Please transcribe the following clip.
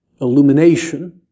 illumination